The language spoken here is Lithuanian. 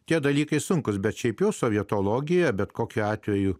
tie dalykai sunkūs bet šiaip jau sovietologija bet kokiu atveju